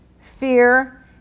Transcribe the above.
fear